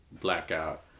blackout